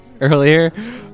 Earlier